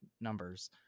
numbers